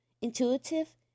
intuitive